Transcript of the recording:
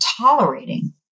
tolerating